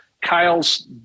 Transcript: Kyle's